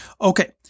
Okay